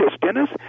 Dennis